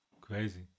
Crazy